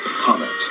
comment